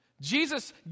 Jesus